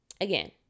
again